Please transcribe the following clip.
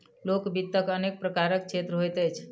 लोक वित्तक अनेक प्रकारक क्षेत्र होइत अछि